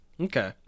Okay